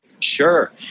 Sure